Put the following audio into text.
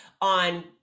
on